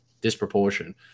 disproportion